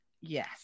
yes